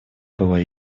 была